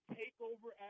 takeover